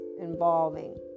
involving